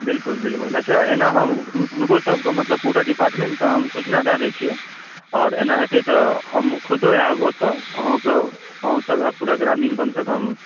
बिलकुल बिलकुल अच्छा एना हम हुनको सब के मतलब पूरा डिपार्टमेंटके हम सूचना दए दै छियै आओर एना हेतै तऽ हम खुदो आयब ओतऽ अहूँ के अहूँ सब आयब पूरा ग्रामीण कम सऽ कम